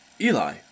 Eli